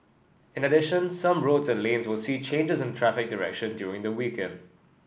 in addition some roads and lanes will see changes in traffic direction during the weekend